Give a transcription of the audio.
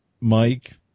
Mike